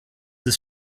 ist